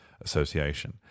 association